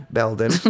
Belden